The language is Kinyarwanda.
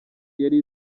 yari